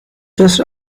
just